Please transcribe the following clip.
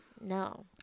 No